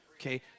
Okay